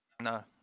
No